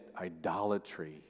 idolatry